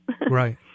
Right